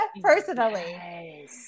Personally